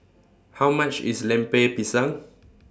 How much IS Lemper Pisang